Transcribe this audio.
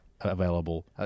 available